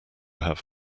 have